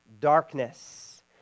darkness